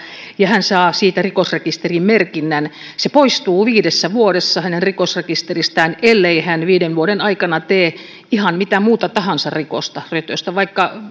ja hän saa siitä rikosrekisteriin merkinnän se poistuu viidessä vuodessa hänen rikosrekisteristään ellei hän viiden vuoden aikana tee suurin piirtein ihan mitä muuta tahansa rikosta rötöstä vaikka